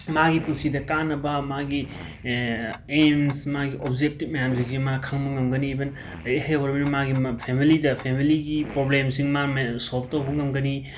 ꯃꯥꯒꯤ ꯄꯨꯟꯁꯤꯗ ꯀꯥꯟꯅꯕ ꯃꯥꯒꯤ ꯑꯦꯝꯁ ꯃꯥꯒꯤ ꯑꯣꯕꯖꯦꯛꯇꯤꯕ ꯃꯌꯥꯝꯁꯤꯡꯁꯦ ꯃꯥ ꯈꯪꯕ ꯉꯝꯒꯅꯤ ꯏꯕꯟ ꯂꯥꯏꯔꯤꯛ ꯍꯩꯍꯧꯔꯕꯅꯤꯅ ꯃꯥꯒꯤ ꯐꯦꯃꯤꯂꯤꯗ ꯐꯦꯃꯤꯂꯤꯒꯤ ꯄꯣꯔꯕ꯭ꯂꯦꯝꯁꯤꯡ ꯃꯥ ꯁꯣꯕ ꯇꯧꯕ ꯉꯝꯒꯅꯤ